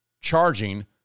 charging